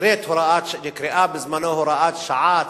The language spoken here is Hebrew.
שנקראה בזמנו הוראת שעה,